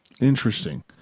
Interesting